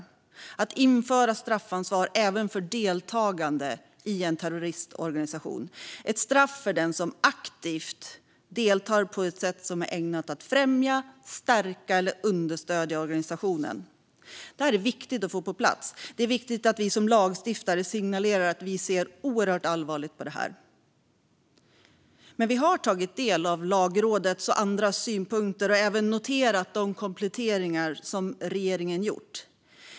Det handlar om att införa straffansvar även för deltagande i en terroristorganisation, ett straff för den som aktivt deltar på ett sätt som är ägnat att främja, stärka eller understödja organisationen. Det är viktigt att få på plats. Det är viktigt att vi som lagstiftare signalerar att vi ser oerhört allvarligt på detta. Vi har dock tagit del av Lagrådets och andras synpunkter och även noterat de kompletteringar som regeringen gjort.